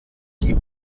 die